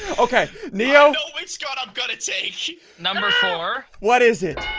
okay, neo got sort of got a change number four. what is it